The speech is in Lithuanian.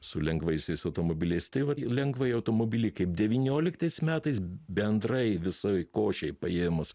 su lengvaisiais automobiliais tai vat lengvąjį automobilį kaip devynioliktais metais bendrai visoj košėj paėmus